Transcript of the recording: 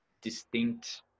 distinct